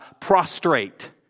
prostrate